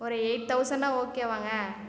ஒரு எயிட் தொளசண்ட்ன்னா ஓகேவாங்க